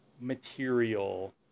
material